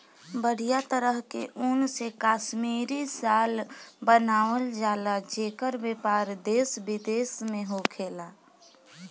बढ़िया तरह के ऊन से कश्मीरी शाल बनावल जला जेकर व्यापार देश विदेश में होखेला